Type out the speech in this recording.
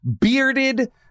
bearded